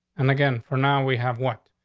and again, for now, we have one.